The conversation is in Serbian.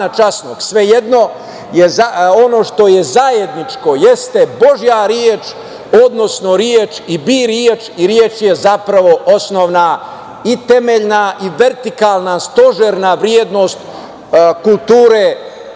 svejedno, ono što je zajedničko jeste Božja reč, odnosno reč i bi reč i reč je zapravo i osnovna i temeljna i vertikalna, stožerna vrednost kulture